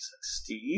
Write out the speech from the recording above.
steve